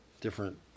different